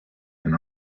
and